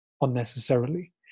unnecessarily